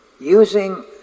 Using